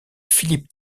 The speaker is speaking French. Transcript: philippe